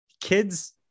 kids